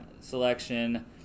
selection